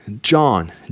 John